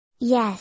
Yes